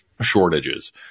shortages